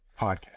podcast